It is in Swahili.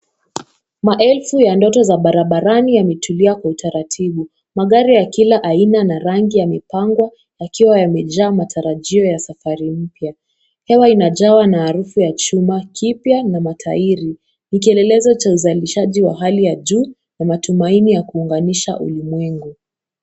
Maelfu ya ndoto za barabarani yametulia kwa utaratibu. Magari ya kila aina na rangi yamepangwa, yakiwa yamejaa matarajio ya safari mpya. Hewa inajawa na harufu ya chuma kipya na matairi . Ni kielelezo cha uzalishaji wa hali ya juu kwa matumaini ya kuunganisha ulimwengu.